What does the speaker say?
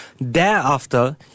Thereafter